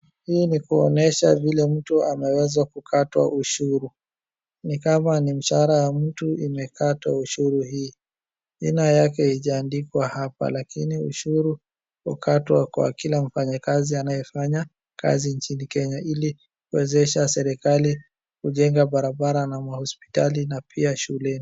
Hii ni kuonesha vile mtu anaweza kukatwa ushuru. Ni kama ni mshahara ya mtu imekatwa ushuru hii. Jina yake haijandikwa hapa lakini ushuru hukatwa kwa kila mfanyakazi anayefanya kazi nchini Kenya ilikuwezesha serikali kujenga barabara na mahospitali na pia shule.